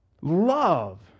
love